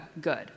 good